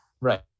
Right